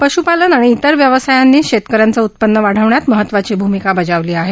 पश्पालन आणि इतर व्यावसायांनी शेतक यांचं उत्पन्न वाढवण्यात महत्वाची भूमिका बजावली आहे